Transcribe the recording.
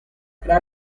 tra